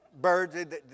birds